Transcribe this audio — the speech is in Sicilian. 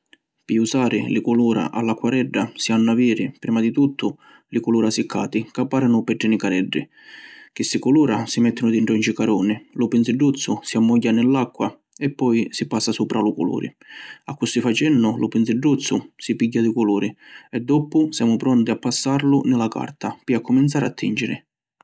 Pi usari li culura a l’acquaredda si hannu aviri, prima di tuttu, li culura siccati ca parinu petri nicareddi. Chissi culura si mettinu dintra un cicaruni, lu pinzidduzzu si ammogghia ni l’acqua e poi si passa supra lu culuri. Accussì facennu lu pinzidduzzu si pigghia di culuri e doppu semu pronti a passarlu ni la carta pi accuminzari a tinciri.